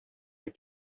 the